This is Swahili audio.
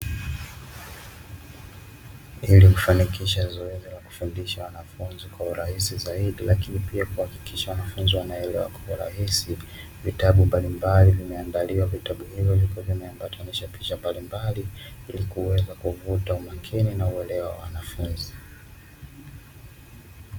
Vile hufanikisha zoezi la kufundisha wanafunzi kwa urahisi zaidi, lakini pia kuhakikisha wanafunzi wanaelewa kwa urahisi vitabu mbalimbali. Vitabu hivyo vimeandaliwa kwa urahisi, ni kuweza kuvuta umakini na uelewa wa wanafunzi.